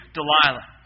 Delilah